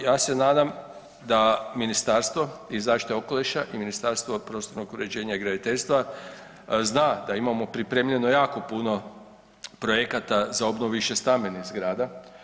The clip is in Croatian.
Ja se nadam da Ministarstvo i zaštite okoliša i Ministarstvo prostornog uređenja i graditeljstva zna da imamo pripremljeno jako puno projekata za obnovu više stambenih zgrada.